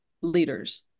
leaders